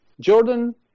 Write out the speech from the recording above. Jordan